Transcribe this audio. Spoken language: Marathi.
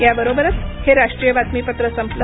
याबरोबरच हे राष्ट्रीय बातमीपत्र संपलं